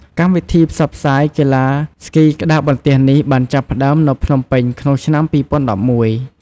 កម្មវិធីផ្សព្វផ្សាយកីឡាស្គីក្ដារបន្ទះនេះបានចាប់ផ្ដើមនៅភ្នំពេញក្នុងឆ្នាំ ២០១១។